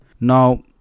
Now